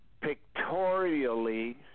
pictorially